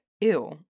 ew